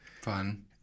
Fun